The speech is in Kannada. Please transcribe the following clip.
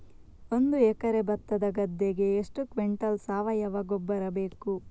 ಒಂದು ಎಕರೆ ಭತ್ತದ ಗದ್ದೆಗೆ ಎಷ್ಟು ಕ್ವಿಂಟಲ್ ಸಾವಯವ ಗೊಬ್ಬರ ಬೇಕು?